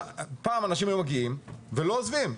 פעם אנשים היו מגיעים ולא עוזבים.